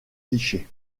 clichés